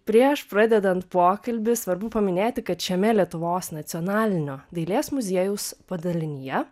prieš pradedant pokalbį svarbu paminėti kad šiame lietuvos nacionalinio dailės muziejaus padalinyje